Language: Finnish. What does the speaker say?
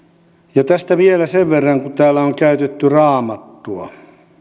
ja tästä vielä sen verran kun täällä on käytetty raamattua